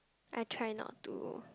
I try not to